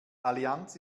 allianz